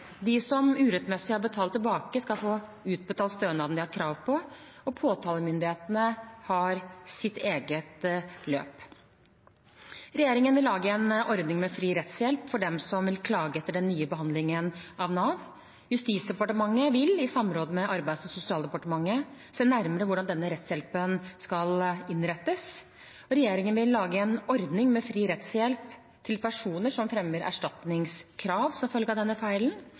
De som urettmessig har betalt tilbake, skal få utbetalt stønaden de har krav på. Påtalemyndighetene har sitt eget løp. Regjeringen vil lage en ordning med fri rettshjelp for dem som vil klage etter den nye behandlingen av Nav. Justisdepartementet vil, i samråd med Arbeids- og sosialdepartementet, se nærmere på hvordan denne rettshjelpen skal innrettes. Regjeringen vil lage en ordning med fri rettshjelp til personer som fremmer erstatningskrav som følge av denne feilen.